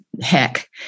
heck